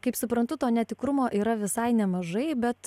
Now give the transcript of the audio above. kaip suprantu to netikrumo yra visai nemažai bet